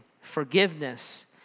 forgiveness